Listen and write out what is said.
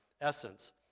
essence